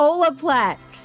Olaplex